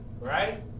right